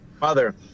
mother